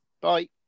Bye